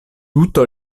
tuta